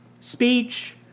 Speech